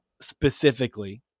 specifically